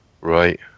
right